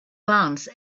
glance